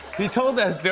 they told that